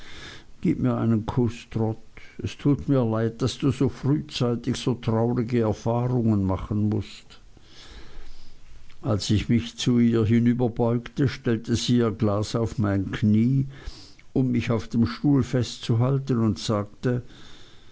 gib mir einen kuß trot es tut mir leid daß du so frühzeitig so traurige erfahrungen machen mußtest als ich mich zu ihr hinüberbeugte stellte sie ihr glas auf mein knie um mich auf dem stuhl festzuhalten und sagte